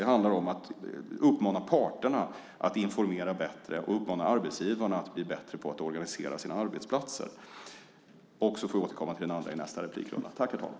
Det handlar om att uppmana parterna att informera bättre och uppmana arbetsgivarna att bli bättre på att organisera sina arbetsplatser. Jag får återkomma till den andra frågan i nästa replik.